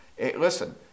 Listen